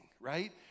right